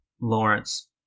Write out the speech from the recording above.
Lawrence